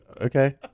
Okay